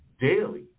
daily